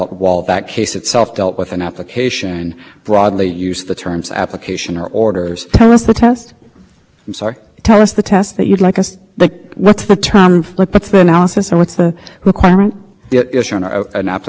in there is no room for judicial discretion when i read that i thought that means this circuit is saying strict conformance with the statutory